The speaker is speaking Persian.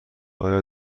آیا